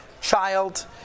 child